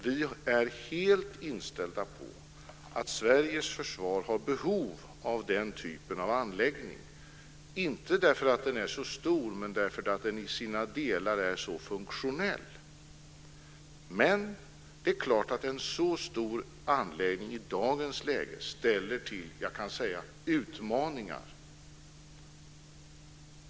Vi är helt inställda på att Sveriges försvar har behov av den typen av anläggning, inte därför att den är så stor men därför att den i sina delar är så funktionell. Men det är klart att en så stor anläggning i dagens läge skapar utmaningar. Det kan jag säga.